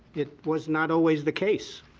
it was not always the case.